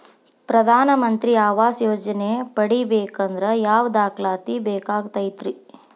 ಪ್ರಧಾನ ಮಂತ್ರಿ ಆವಾಸ್ ಯೋಜನೆ ಪಡಿಬೇಕಂದ್ರ ಯಾವ ದಾಖಲಾತಿ ಬೇಕಾಗತೈತ್ರಿ?